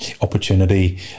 opportunity